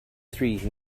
three